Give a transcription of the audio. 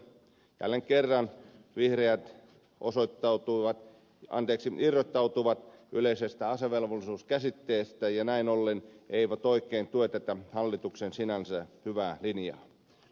jälleen kerran vihreät irrottautuivat yleisestä asevelvollisuuskäsitteestä ja näin ollen eivät oikein tue tätä hallituksen sinänsä hyvää linjaa